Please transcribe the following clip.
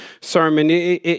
sermon